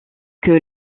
que